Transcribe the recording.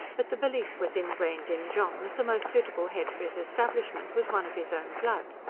but the belief was ingrained in john that the most suitable head for his establishment was one of his own blood.